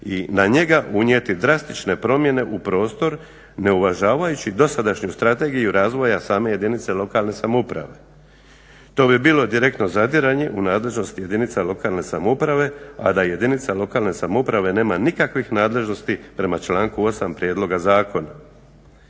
i na njega unijeti drastične promjene u prostor ne uvažavajući dosadašnju Strategiju razvoja same jedinice lokalne samouprave. To bi bilo direktno zadiranje u nadležnost jedinica lokalne samouprave, a da jedinica lokalne samouprave nema nikakvih nadležnosti prema članku 8. prijedloga zakona.